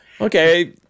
okay